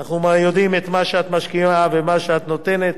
אנחנו יודעים כמה את משקיעה וכמה את נותנת.